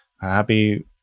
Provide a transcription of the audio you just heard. happy